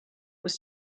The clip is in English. was